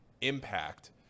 Impact